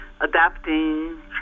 adapting